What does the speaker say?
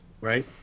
right